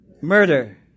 murder